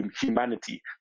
humanity